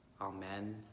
amen